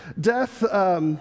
death